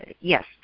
yes